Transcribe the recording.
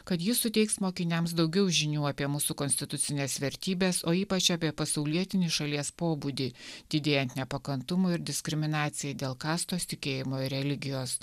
kad ji suteiks mokiniams daugiau žinių apie mūsų konstitucines vertybes o ypač apie pasaulietinį šalies pobūdį didėjant nepakantumui ir diskriminacijai dėl kastos tikėjimo ir religijos